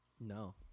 No